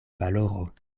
valoro